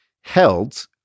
held